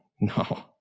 no